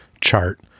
chart